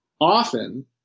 often